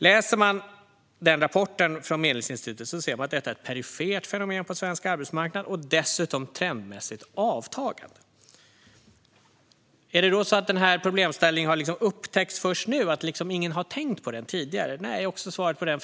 Läser man Medlingsinstitutets rapport ser man att detta är ett perifert fenomen på svensk arbetsmarknad och att det dessutom är trendmässigt avtagande. Är det då så att den här problemställningen har upptäckts först nu - att ingen liksom har tänkt på det här tidigare? Även på den frågan är svaret nej.